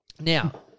Now